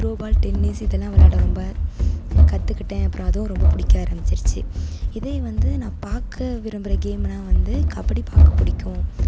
throwball tennis இதெல்லாம் விளாட ரொம்ப கற்றுக்கிட்டேன் அப்புறம் அதுவும் ரொம்ப பிடிக்க ஆரம்மிச்சிடிச்சி இதே வந்து நான் பார்க்க விரும்புகிற கேம்னால் வந்து கபடி பார்க்க பிடிக்கும்